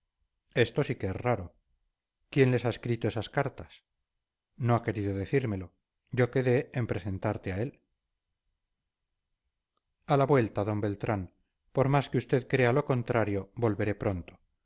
esto sí que es raro quién les ha escrito esas cartas no ha querido decírmelo yo quedé en presentarte a él a la vuelta d beltrán por más que usted crea lo contrario volveré pronto